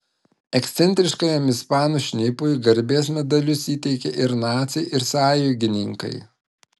ekscentriškajam ispanų šnipui garbės medalius įteikė ir naciai ir sąjungininkai